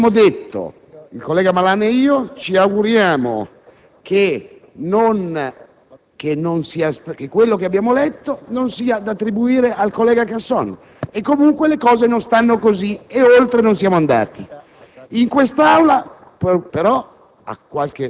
abbiamo detto soltanto che ci auguriamo che quello che abbiamo letto non sia da attribuire al collega Casson e che comunque le cose non stanno così, oltre non siamo andati.